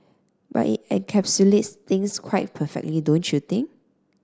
but it encapsulates things quite perfectly don't you think